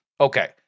Okay